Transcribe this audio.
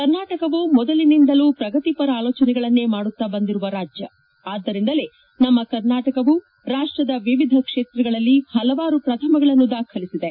ಕರ್ನಾಟಕವು ಮೊದಲಿನಿಂದಲೂ ಪ್ರಗತಿಪರ ಆಲೋಚನೆಗಳನ್ನೇ ಮಾಡುತ್ತ ಬಂದಿರುವ ರಾಜ್ಯ ಆದ್ದರಿಂದಲೇ ನಮ್ಮ ಕರ್ನಾಟಕವು ರಾಷ್ಟದ ವಿವಿಧ ಕ್ಷೇತ್ರಗಳಲ್ಲಿ ಹಲವಾರು ಪ್ರಥಮಗಳನ್ನು ದಾಖಲಿಸಿದೆ